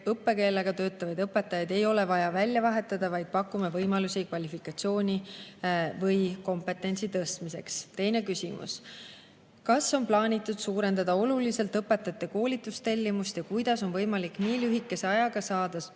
õppekeelega töötavaid õpetajaid ei ole vaja välja vahetada, pakume neile võimalusi kvalifikatsiooni või kompetentsi tõstmiseks. Teine küsimus: "Kas on plaanitud suurendada oluliselt õpetajate koolitustellimust ja kuidas on võimalik nii lühikese ajaga saada